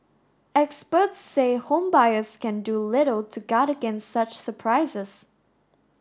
experts say home buyers can do little to guard against such surprises